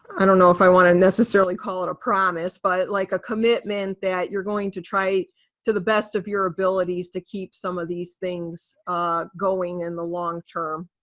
i don't know if i wanna necessarily call it a promise, but like a commitment that you're going to try to the best of your abilities to keep some of these things going in the long term.